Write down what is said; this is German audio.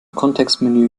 kontextmenü